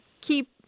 keep